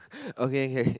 okay K